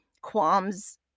qualms